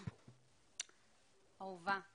אהובה אבתיסאם,